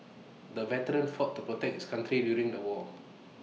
the veteran fought to protect his country during the war